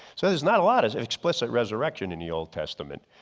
so there's not a lot as explicit resurrection in the old testament.